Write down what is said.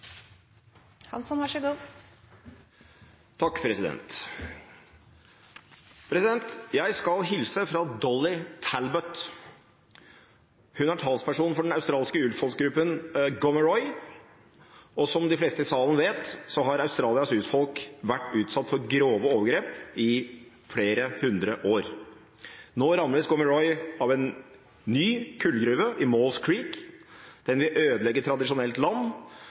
australske urfolksgruppen gomoroi, og som de fleste i salen vet, har Australias urfolk vært utsatt for grove overgrep i flere hundre år. Nå rammes gomoroiene av en ny kullgruve i Maules Creek. Den vil ødelegge tradisjonelt land,